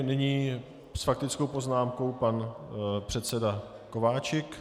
Nyní s faktickou poznámkou pan předseda Kováčik.